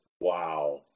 Wow